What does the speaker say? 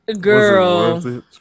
Girl